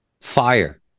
Fire